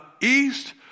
east